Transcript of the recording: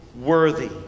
worthy